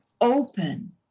open